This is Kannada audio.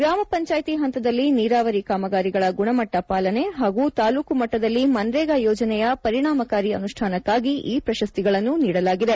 ಗ್ರಾಮ ಪಂಚಾಯಿತಿ ಹಂತದಲ್ಲಿ ನೀರಾವರಿ ಕಾಮಗಾರಿಗಳ ಗುಣಮಟ್ಟ ಪಾಲನೆ ಹಾಗೂ ತಾಲೂಕು ಮಟ್ಟದಲ್ಲಿ ಮನ್ರೇಗಾ ಯೋಜನೆಯ ಪರಿಣಾಮಕಾರಿ ಅನುಷ್ಠಾನಕ್ಕಾಗಿ ಈ ಪ್ರಶಸ್ತಿಗಳನ್ನು ನೀಡಲಾಗಿದೆ